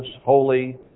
holy